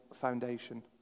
foundation